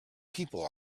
people